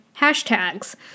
hashtags